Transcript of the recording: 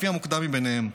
לפי המוקדם ביניהם.